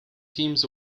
teams